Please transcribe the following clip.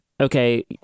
okay